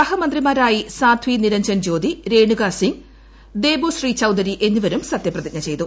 സഹമന്ത്രിമാരായി സാധ്വി നിരഞ്ജൻ ജ്യോതി രേണുകാ സിംഗ് ദേബോശ്രീ ചൌദരി എന്നിവരും സത്യപ്രതിജ്ഞ ചെയ്തു